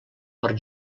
per